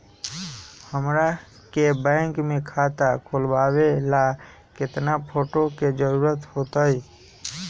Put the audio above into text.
हमरा के बैंक में खाता खोलबाबे ला केतना फोटो के जरूरत होतई?